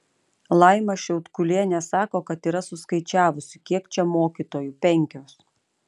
laima šiaudkulienė sako kad yra suskaičiavusi kiek čia mokytojų penkios